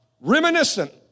reminiscent